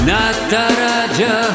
Nataraja